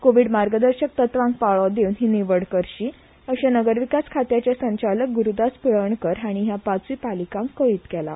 कोविड मार्गदर्शक तत्वांक पाळो दिवन ही निवड करची अशे नगरविकास खात्याचे संचालक गुरूदास पिळर्णकर हाणी या पाचूय पालिकांक कळीत केला